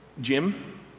Jim